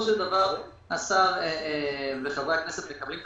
ובסופו של דבר השר וחברי הכנסת מקבלים את